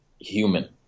human